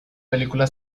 película